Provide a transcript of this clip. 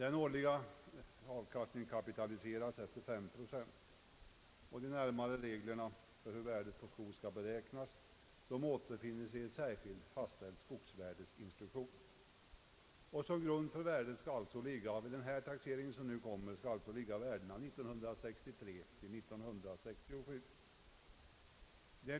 återfinns i en särskilt fastställd skogsvärderingsinstruktion. Till grund för värdet vid den taxering, som nu kommer att äga rum, skall alltså ligga värdena 1963—1967.